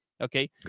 okay